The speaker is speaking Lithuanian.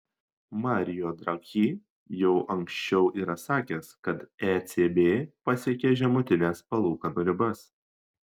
mario draghi jau anksčiau yra sakęs kad ecb pasiekė žemutines palūkanų ribas